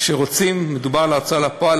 שכשמדובר על הוצאה לפועל,